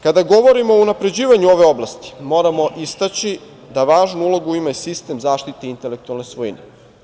Kada govorimo o unapređivanju ove oblasti moramo istaći da važnu ulogu ima i sistem zaštite intelektualne svojine.